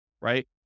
right